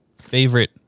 favorite